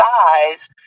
size